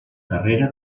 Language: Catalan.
carrera